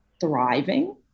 thriving